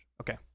Okay